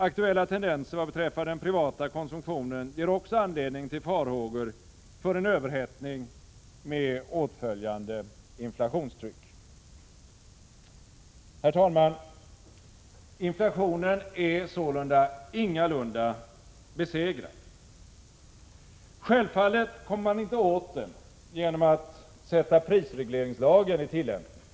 Aktuella tendenser vad beträffar den privata konsumtionen ger också anledning till farhågor för en överhettning med åtföljande inflationstryck. Herr talman! Inflationen är således ingalunda besegrad. Självfallet kommer man inte åt den genom att sätta prisregleringslagen i tillämpning.